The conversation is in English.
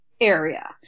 area